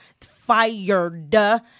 fired